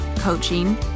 coaching